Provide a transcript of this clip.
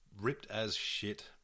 ripped-as-shit